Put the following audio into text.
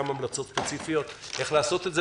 צירפנו המלצות ספציפיות בנושא זה.